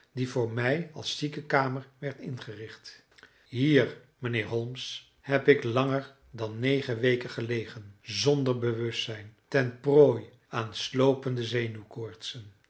die voor mij als ziekenkamer werd ingericht hier mijnheer holmes heb ik langer dan negen weken gelegen zonder bewustzijn ten prooi aan sloopende